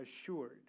assured